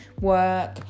work